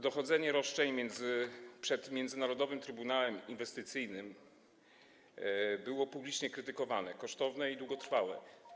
Dochodzenie roszczeń przed międzynarodowym trybunałem inwestycyjnym było publicznie krytykowane, kosztowne i długotrwałe.